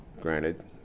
granted